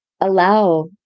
allow